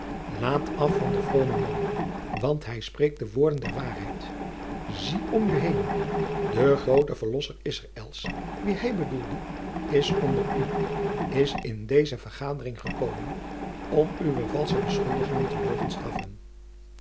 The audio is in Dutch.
laat af van den vroomen man want hij spreekt de woorden der waarheid zie om u heen de groote verlosser israéls wien hij bedoelde is onder u is in deze vergadering gekomen om uwe valsche beschuldigingen te